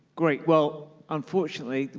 great, well, unfortunately,